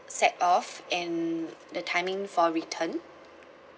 set off and the timing for return